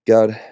God